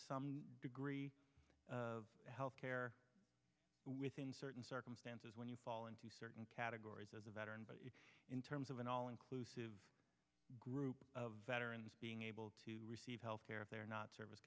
some degree of health care within certain circumstances when you fall into certain categories as a veteran but in terms of an all inclusive group of veterans being able to receive health care if they're not service